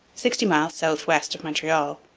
sixty miles south-west of montreal.